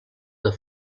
del